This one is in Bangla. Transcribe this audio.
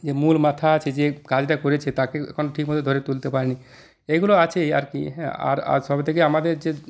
যে মূল মাথা আছে যে কাজটা করেছে তাকে তখন ঠিকমতো ধরে তুলতে পারেনি এইগুলো আছেই আর কি হ্যাঁ আর আর সবথেকে আমাদের যে